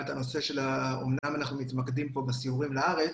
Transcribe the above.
אמנם אנחנו מתמקדים כאן בסיורים לארץ